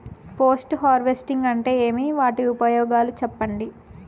Post harvesting అంటే ఏమి? వాటి ఉపయోగాలు చెప్పండి?